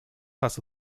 has